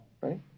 right